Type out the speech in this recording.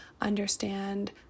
understand